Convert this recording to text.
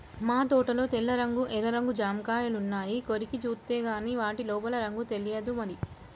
మా తోటలో తెల్ల రంగు, ఎర్ర రంగు జాంకాయలున్నాయి, కొరికి జూత్తేగానీ వాటి లోపల రంగు తెలియదు మరి